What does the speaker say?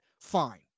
fine